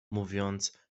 mówiąc